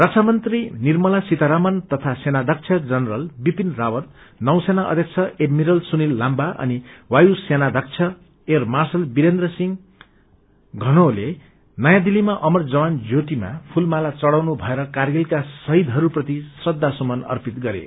रक्षामंत्री निर्मला सीतारामन तथा सेनाध्यक्ष जनरल बिपिन रावत नौसेना अध्यक्ष एडमिरल सुनिल लाम्बा अनि वायु सेनाध्यक्ष एयर मार्शल बिरेन्द्र सिंह घनोआले नयाँ दिस्तीमा अमर जवान ज्योतिमा फूलमाला चढ़ाउनु भएर कारगिलका शहीदहस्प्रति श्रखासुपन अर्पित गरे